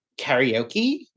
karaoke